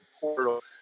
portal